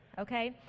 Okay